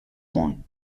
món